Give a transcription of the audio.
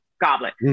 goblet